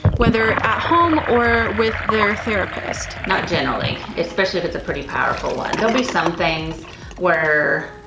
whether at home or with their therapist. not generally, especially if it's a pretty powerful one. there'll be some things where,